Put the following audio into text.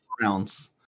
rounds